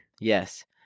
Yes